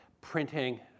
printing